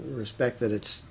respect that it's